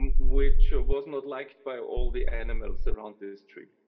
and which was not liked by all the animals around this tree.